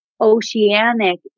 Oceanic